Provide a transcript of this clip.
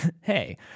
Hey